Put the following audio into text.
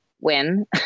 win